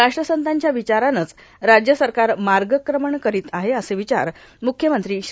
राष्ट्रसंतांच्या विचारानेच राज्य सरकार मार्गक्रमण करीत आहे असे विचार मुख्यमंत्री श्री